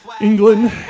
England